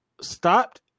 stopped